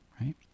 right